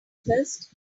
first